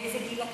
באיזה גיל?